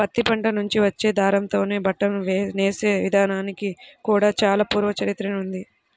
పత్తి పంట నుంచి వచ్చే దారంతోనే బట్టను నేసే ఇదానానికి కూడా చానా పూర్వ చరిత్రనే ఉంది